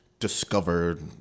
discovered